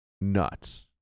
nuts